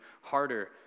harder